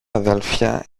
αδέλφια